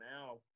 now